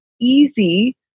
easy